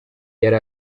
yari